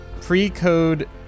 pre-code